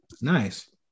Nice